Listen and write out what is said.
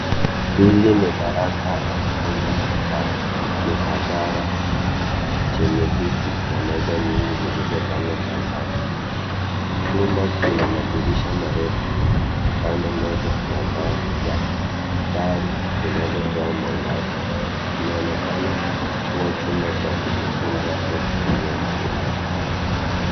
Hili ni darasa au chumba cha mihadhara chenye viti na meza nyingi zilizopangwa kwa safu. Chumba kina madirisha marefu upande mmoja na taa za dari zinazotoa mwangaza. Inaonekana kuwa chumba cha kufunza au kufanyia mtihani.